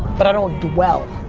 but i don't dwell.